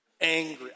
angry